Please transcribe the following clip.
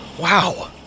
wow